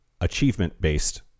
achievement-based